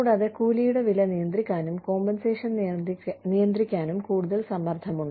കൂടാതെ കൂലിയുടെ വില നിയന്ത്രിക്കാനും കോമ്പൻസേഷൻ നിയന്ത്രിക്കാനും കൂടുതൽ സമ്മർദ്ദമുണ്ട്